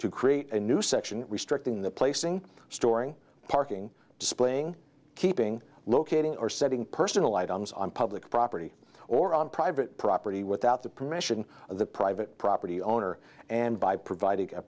to create a new section restricting the placing storing parking displaying keeping locating or setting personal items on public property or on private property without the permission of the private property owner and by providing a